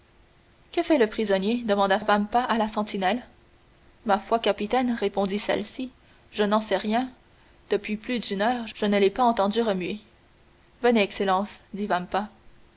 que fait le prisonnier demanda vampa à la sentinelle ma foi capitaine répondit celle-ci je n'en sais rien depuis plus d'une heure je ne l'ai pas entendu remuer venez excellence dit